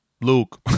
Luke